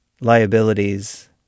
Liabilities